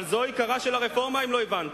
אבל זה עיקרה של הרפורמה, אם לא הבנת.